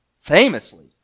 Famously